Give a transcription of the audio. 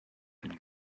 been